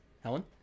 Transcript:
Helen